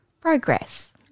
Progress